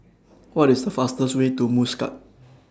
What IS The fastest Way to Muscat